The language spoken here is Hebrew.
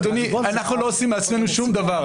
קודם כל אדוני, אנחנו לא עושים מעצמנו שום דבר.